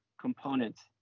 components